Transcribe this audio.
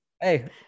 Hey